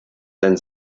denn